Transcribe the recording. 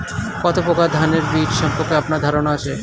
কত প্রকার ধানের বীজ সম্পর্কে আপনার ধারণা আছে?